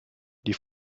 die